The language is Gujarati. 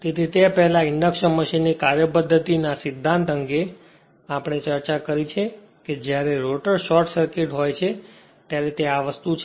તેથી તે પહેલાં ઇન્ડક્શન મશીનની કાર્યપદ્ધતી ના સિદ્ધાંત અંગે આપણે ચર્ચા કરી છે કે જ્યારે રોટર શોર્ટ સર્કિટ થાય છે ત્યારે તે આ છે